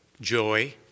joy